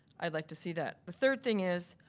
i'd like to see that. the third thing is,